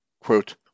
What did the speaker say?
Quote